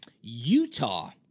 Utah